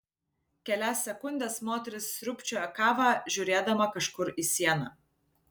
kelias sekundes moteris sriūbčiojo kavą žiūrėdama kažkur į sieną